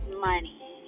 money